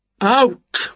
Out